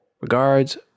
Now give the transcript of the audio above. Regards